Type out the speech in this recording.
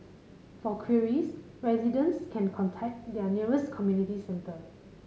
for queries residents can contact their nearest community centre